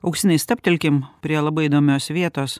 augustinai stabtelkim prie labai įdomios vietos